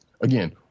again